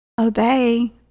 obey